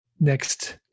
next